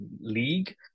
league